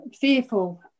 fearful